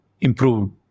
improved